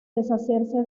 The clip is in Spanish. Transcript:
deshacerse